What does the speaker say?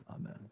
Amen